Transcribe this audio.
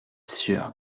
sueur